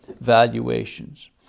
valuations